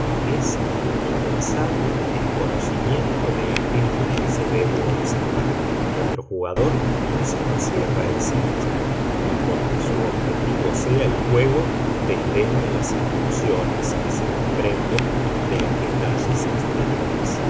es indispensable el conocimiento de aquella que se debe observar nuestro jugador no se encierra en sí mismo ni porque su objetivo sea el juego desdeña las inducciones que se desprenden de los detalles exteriores